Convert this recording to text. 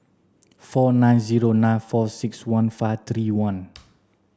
four nine zero nine four six one five three one